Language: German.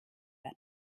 wird